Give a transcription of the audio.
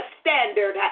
standard